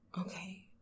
Okay